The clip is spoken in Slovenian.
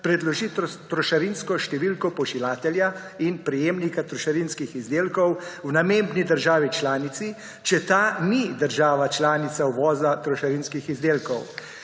predloži trošarinsko številko pošiljatelja in prejemnika trošarinskih izdelkov v namembni državi članici, če ta ni država članica uvoza trošarinskih izdelkov.